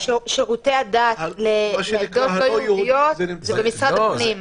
שירותי הדת לעדות לא יהודיות זה במשרד הפנים.